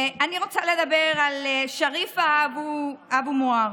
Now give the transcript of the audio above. אני רוצה לדבר על שריפה אבו מועמר.